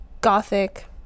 Gothic